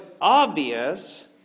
obvious